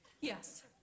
Yes